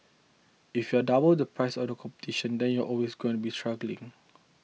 if you are double the price of the competition then you're always going to be struggling